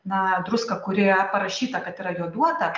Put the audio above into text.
na druską kurioje parašyta kad yra joduota